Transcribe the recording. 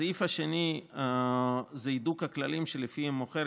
הסעיף השני זה הידוק הכללים שלפיהם מוכר